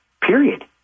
period